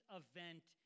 event